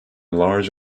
large